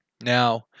Now